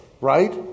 right